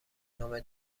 نام